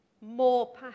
More